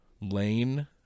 lane